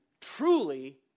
truly